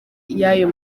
y’ayo